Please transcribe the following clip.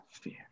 fear